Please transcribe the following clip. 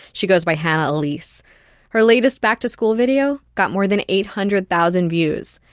she goes by hannah elise her latest back-to-school video got more than eight hundred thousand views.